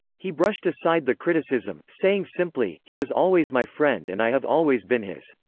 he brushed aside the criticism, saying simply, he was always my friend and i have always been his.